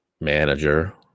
manager